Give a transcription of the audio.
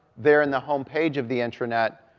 there in the homepage of the intranet,